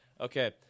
Okay